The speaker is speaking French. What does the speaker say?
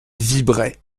vibraient